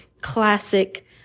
classic